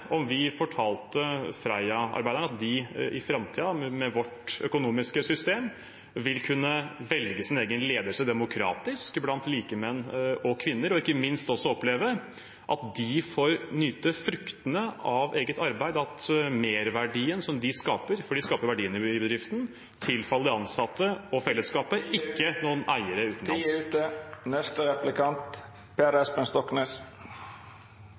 om vi fortalte Freia-arbeiderne at de i framtiden, med vårt økonomiske system, vil kunne velge sin egen ledelse demokratisk blant likemenn og -kvinner, og ikke minst også få oppleve at de får nyte fruktene av eget arbeid, at merverdien som de skaper, for de skaper verdiene i bedriften, tilfaller de ansatte og fellesskapet og ikke noen eiere